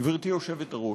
גברתי היושבת-ראש,